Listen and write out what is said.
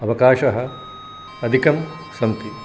अवकाशः अधिकं सन्ति